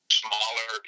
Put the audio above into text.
smaller